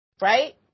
Right